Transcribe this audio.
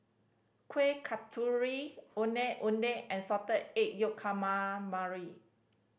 Kueh Kasturi Ondeh Ondeh and Salted Egg Yolk Calamari